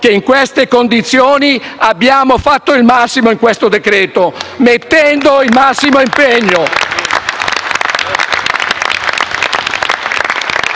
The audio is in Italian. che in queste condizioni abbiamo fatto il massimo in questo decreto-legge, mettendo il massimo impegno.